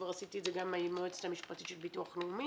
ועשיתי את זה כבר גם עם היועצת המשפטית של הביטוח הלאומי.